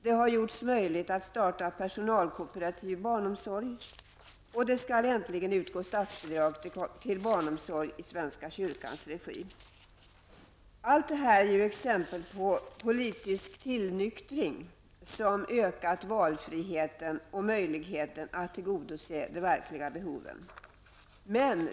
Det har blivit möjligt att starta personalkooperativ barnomsorg, och det skall äntligen utgå statsbidrag till barnomsorg i svenska kyrkans regi. Allt det här är exempel på en politisk tillnyktring, som ökat valfriheten och möjligheten att tillgodose de verkliga behoven.